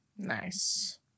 nice